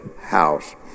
house